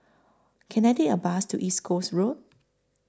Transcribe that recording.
Can I Take A Bus to East Coast Road